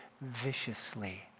viciously